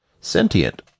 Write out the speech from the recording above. sentient